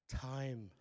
time